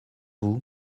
vous